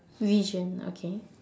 vision okay